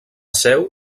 seu